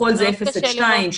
הכחול זה אפס עד שניים,